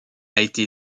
été